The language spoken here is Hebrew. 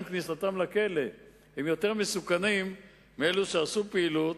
כניסתם לכלא יותר מסוכנים מאלה שעשו פעילות